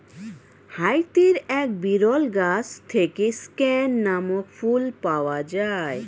হাইতির এক বিরল গাছ থেকে স্ক্যান নামক ফুল পাওয়া যায়